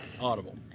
Audible